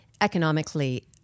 economically